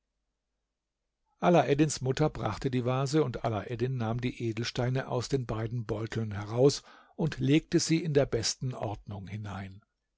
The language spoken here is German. mutter brachte die vase und alaeddin nahm die edelsteine aus den beiden beuteln heraus und legte sie in der besten ordnung hinein